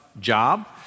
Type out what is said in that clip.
job